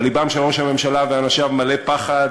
אבל לבם של ראש הממשלה ואנשיו מלא פחד,